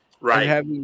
Right